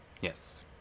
Yes